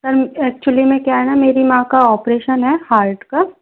sir actually में क्या है ना मेरी माँ का ऑपरेशन है हार्ट का